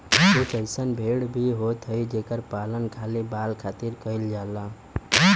कुछ अइसन भेड़ भी होत हई जेकर पालन खाली बाल खातिर कईल जात बाटे